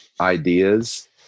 ideas